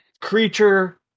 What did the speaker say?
Creature